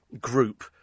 group